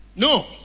No